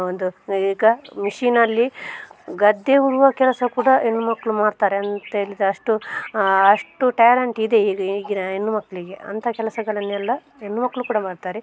ಒಂದು ಈಗ ಮಿಷಿನಲ್ಲಿ ಗದ್ದೆ ಉಳುವ ಕೆಲಸ ಕೂಡ ಹೆಣ್ಣು ಮಕ್ಕಳು ಮಾಡ್ತಾರೆ ಅಂತ್ಹೇಳಿದ್ರೆ ಅಷ್ಟು ಅಷ್ಟು ಟ್ಯಾಲೆಂಟಿದೆ ಈಗ ಈಗಿನ ಹೆಣ್ಣು ಮಕ್ಕಳಿಗೆ ಅಂಥ ಕೆಲಸಗಳನ್ನೆಲ್ಲ ಹೆಣ್ಣು ಮಕ್ಕಳು ಕೂಡ ಮಾಡ್ತಾರೆ